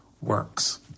works